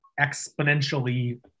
exponentially